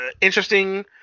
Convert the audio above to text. Interesting